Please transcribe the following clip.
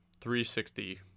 360